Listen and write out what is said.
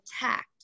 attacked